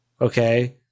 okay